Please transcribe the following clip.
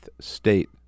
state